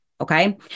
Okay